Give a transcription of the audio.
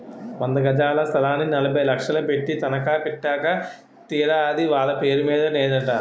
వంద గజాల స్థలాన్ని నలభై లక్షలు పెట్టి తనఖా పెట్టాక తీరా అది వాళ్ళ పేరు మీద నేదట